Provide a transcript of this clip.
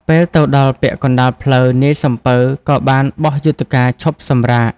ពេលទៅដល់ពាក់កណ្ដាលផ្លូវ នាយសំពៅក៏បានបោះយុថ្កាឈប់សម្រាក។